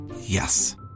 Yes